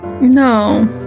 No